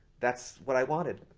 that's what i wanted.